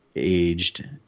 aged